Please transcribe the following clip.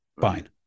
fine